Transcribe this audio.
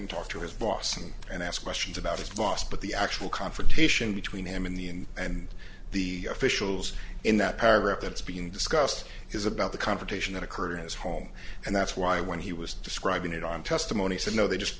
talk to his boss and ask questions about his boss but the actual confrontation between him in the end and the officials in that paragraph that's being discussed is about the confrontation that occurred in his home and that's why when he was describing it on testimony said no they just